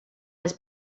his